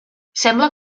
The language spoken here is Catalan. sembla